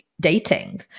dating